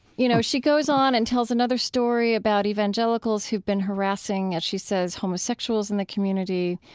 you know, she goes on and tells another story about evangelicals who've been harassing, as she says, homosexuals in the community.